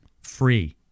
free